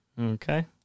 Okay